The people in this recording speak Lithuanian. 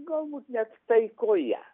galbūt net taikoje